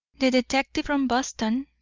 the detective from boston,